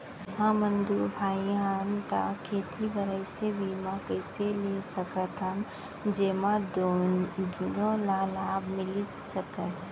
हमन दू भाई हन ता खेती बर ऐसे बीमा कइसे ले सकत हन जेमा दूनो ला लाभ मिलिस सकए?